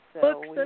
Books